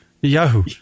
Yahoo